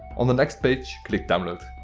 on the next page click download.